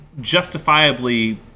justifiably